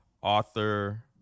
author